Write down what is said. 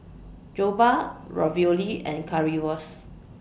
Jokbal Ravioli and Currywurst